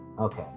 Okay